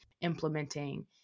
implementing